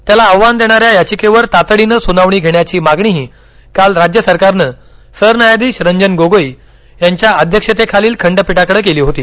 त्याला आव्हान देणा या याचिकेवर तातडीनं सुनावणी घेण्याची मागणीही काल राज्य सरकारनं सरन्यायाधीश रंजन गोगोई यांच्या अध्यक्षतेखालील खंडपीठाकडे केली होती